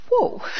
Whoa